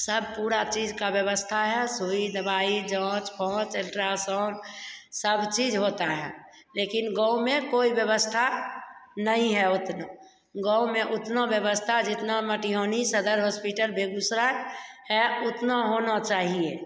सब पूरी चीज़ की व्यवस्था है सुई दवाई जाँच फांच अल्ट्रासाउंड सब चीज़ होता है लेकिन गाँव में कोई व्यवस्था नहीं है उतना गाँव में उतना व्यवस्था जितना मटीहौनी सदर हॉस्पिटल बेगुसराय है उतना होना चाहिए